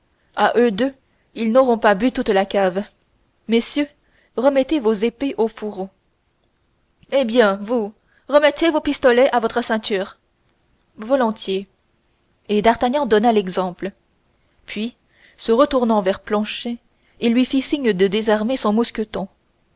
à eux deux ils n'auront pas bu toute la cave messieurs remettez vos épées au fourreau eh bien vous remettez vos pistolets à votre ceinture volontiers et d'artagnan donna l'exemple puis se retournant vers planchet il lui fit signe de désarmer son mousqueton